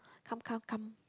come come come